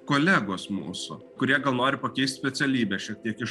kolegos mūsų kurie gal nori pakeist specialybę šiek tiek iš